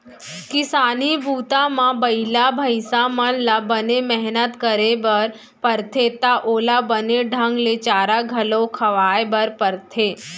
किसानी बूता म बइला भईंसा मन ल बने मेहनत करे बर परथे त ओला बने ढंग ले चारा घलौ खवाए बर परथे